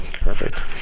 perfect